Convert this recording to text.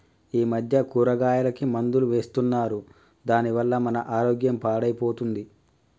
ఈ మధ్య కూరగాయలకి మందులు వేస్తున్నారు దాని వల్ల మన ఆరోగ్యం పాడైపోతుంది